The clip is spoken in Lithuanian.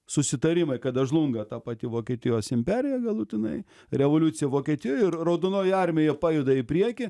susitarimai kada žlunga ta pati vokietijos imperija galutinai revoliucija vokietijoj ir raudonoji armija pajuda į priekį